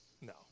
No